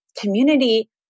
community